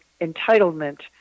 entitlement